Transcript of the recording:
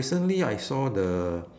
recently I saw the